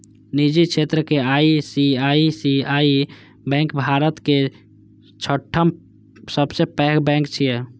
निजी क्षेत्रक ICICI bank भारतक छठम सबसं पैघ बैंक छियै